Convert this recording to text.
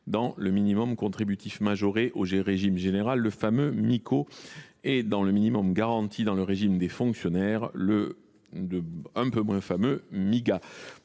dans le minimum contributif majoré au régime général, le fameux Mico, et dans le minimum garanti dans le régime des fonctionnaires, le un peu moins fameux Miga.